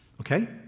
Okay